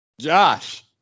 Josh